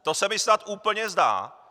To se mi snad úplně zdá!